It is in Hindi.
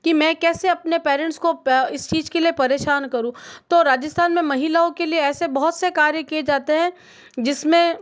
कि मैं कैसे अपने पेरेंट्स को इस चीज़ के लिए परेशान करूँ तो राजस्थान में महिलाओं के लिए ऐसे बहुत से कार्य किए जाते हैं जिस में